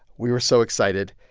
we were so excited.